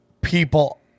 people